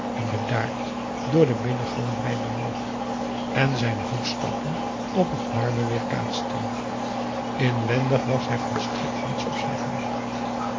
en bedaard door de binnengalerij bewoog en zijn voetstappen op het marmer weêrkaatsten inwendig was hij volstrekt niets op zijn gemak